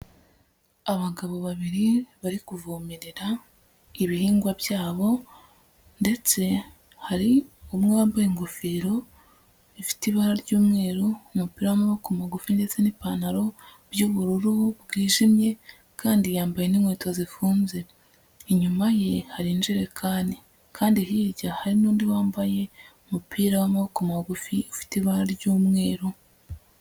Abagabo babiri bari kuvomerera ibihingwa byabo, ndetse hari umwe wambaye ingofero, ifite ibara ry'umweru, umupira w'amaboko magufi ndetse n'ipantaro by'ubururu bwijimye, kandi yambaye n'inkweto zifunze, inyuma ye hari injerekani, kandi hirya hari n'undi wambaye umupira w'amaboko magufi ufite ibara ry'umweru.